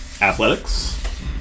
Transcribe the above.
Athletics